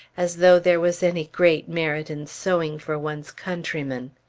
as though there was any great merit in sewing for one's countrymen!